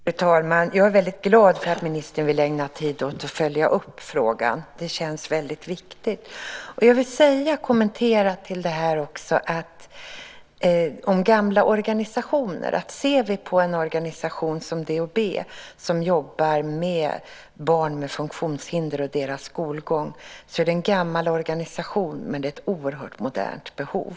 Fru talman! Jag är mycket glad för att ministern vill ägna tid åt att följa upp frågan. Det känns väldigt viktigt. Jag vill göra en kommentar till detta om gamla organisationer. DHB, som jobbar med barn med funktionshinder och deras skolgång, är en gammal organisation, men det handlar om ett oerhört modernt behov.